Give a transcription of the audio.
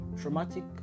traumatic